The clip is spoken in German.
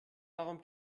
darum